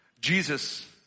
Jesus